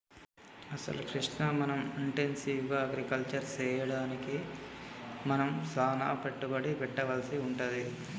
అసలు కృష్ణ మనం intensive agriculture సెయ్యడానికి మనం సానా పెట్టుబడి పెట్టవలసి వుంటది